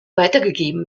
weitergegeben